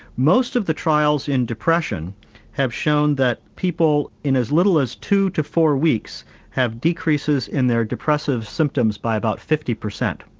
most of the trials in depression have shown that people in as little as two to four weeks have decreases in their depressive symptoms by about fifty percent.